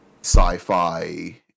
sci-fi